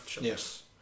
Yes